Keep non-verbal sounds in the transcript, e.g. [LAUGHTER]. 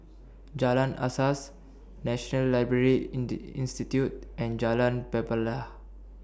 Jalan Asas National Library [UNINTELLIGIBLE] Institute and Jalan Pelepah